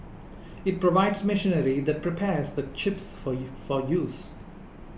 it provides machinery that prepares the chips for use